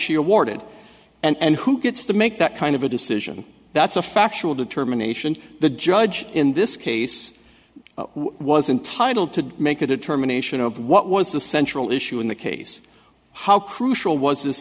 awarded and who gets to make that kind of a decision that's a factual determination the judge in this case was entitle to make a determination of what was the central issue in the case how crucial was this